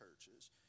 churches